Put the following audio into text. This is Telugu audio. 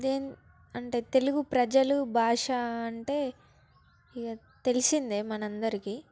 దెన్ అంటే తెలుగు ప్రజలు బాషా అంటే తెలిసిందే మన అందరికి